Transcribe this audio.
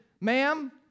ma'am